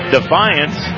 Defiance